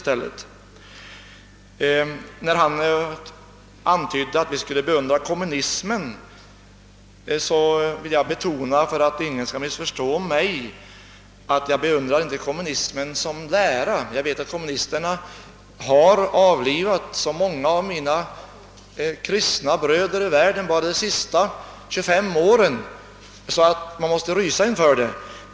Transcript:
Herr Svensson i Kungälv antydde att vi skulle beundra kommunismen. För att ingen skall missförstå mig vill jag betona att jag inte beundrar kommunismen som lära, ty jag vet att kommunisterna har avlivat så många av mina kristna bröder i världen enbart under de senaste 25 åren, att man måste rysa inför detta.